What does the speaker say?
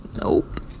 Nope